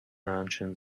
ancient